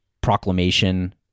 proclamation